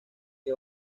que